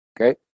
Okay